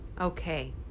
Okay